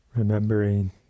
Remembering